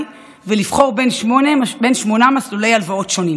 ולבחור בין שמונה מסלולי הלוואות שונים.